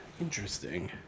interesting